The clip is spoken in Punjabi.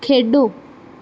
ਖੇਡੋ